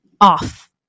off